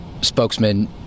spokesman